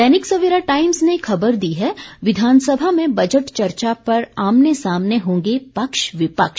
दैनिक Savera Times ने खबर दी है विधानसभा में बजट चर्चा पर आमने सामने होंगे पक्ष विपक्ष